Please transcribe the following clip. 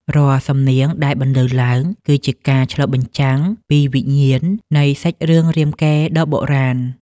រាល់សំនៀងដែលបន្លឺឡើង គឺជាការឆ្លុះបញ្ចាំងពីវិញ្ញាណនៃសាច់រឿងរាមកេរ្តិ៍ដ៏បុរាណ។